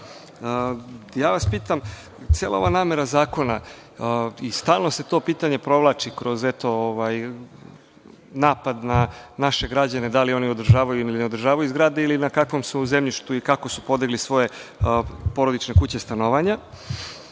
javni, pitam vas, cela ova namera zakona i stalno se to pitanje provlači kroz napad na naše građane da li oni održavaju ili ne održavaju zgrade ili na kakvom su zemljištu i kako su podigli svoje porodične kuće za stanovanje,